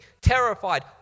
terrified